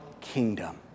kingdom